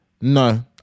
no